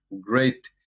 great